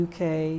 UK